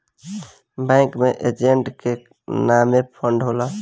bank में asset के माने फंड होला